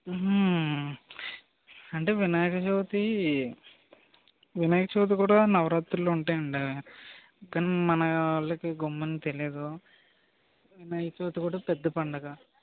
అంటే వినాయక చవితి వినాయక చవితి కూడా నవరాత్రులుంటాయి అండి కానీ మనోళ్ళకి గమ్మున తెలీదు వినాయక చవితి కూడా పెద్ద పండుగ